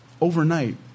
Overnight